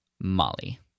molly